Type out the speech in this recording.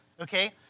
okay